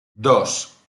dos